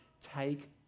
take